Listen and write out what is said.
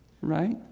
right